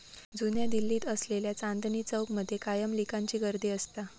जुन्या दिल्लीत असलेल्या चांदनी चौक मध्ये कायम लिकांची गर्दी असता